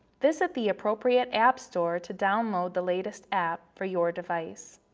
visit the appropriate app store to download the latest app for your device.